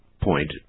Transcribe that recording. point